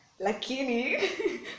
lakini